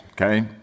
okay